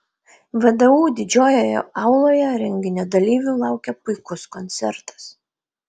vdu didžiojoje auloje renginio dalyvių laukė puikus koncertas